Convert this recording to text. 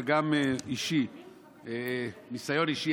אבל גם ניסיון אישי,